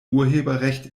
urheberrecht